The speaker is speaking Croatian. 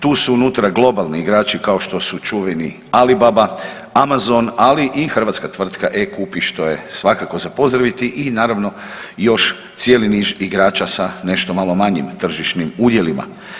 Tu su unutra globalni igrači kao što su čuveni Alibaba, Amazon, ali i hrvatska tvrtka e-kupi što je svakako za pozdraviti i naravno još cijeli niz igrača sa nešto malo manjim tržišnim udjelima.